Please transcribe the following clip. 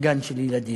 גן של ילדים?